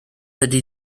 ydy